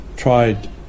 tried